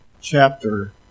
chapter